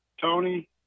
Tony